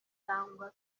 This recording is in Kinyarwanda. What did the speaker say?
cyangwa